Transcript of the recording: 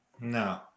No